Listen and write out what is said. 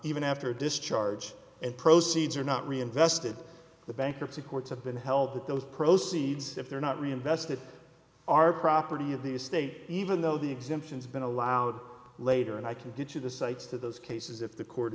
even after discharge and proceeds are not reinvested the bankruptcy courts have been helped those proceeds if they're not reinvested are property of the estate even though the exemptions been allowed later and i can get you the cites to those cases if the court